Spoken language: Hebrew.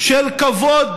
של כבוד